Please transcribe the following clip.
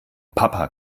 papa